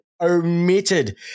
omitted